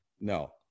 No